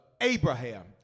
Abraham